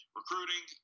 recruiting